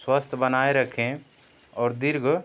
स्वस्थ बनाए रखें और दीर्घ